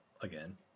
again